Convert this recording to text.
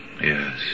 Yes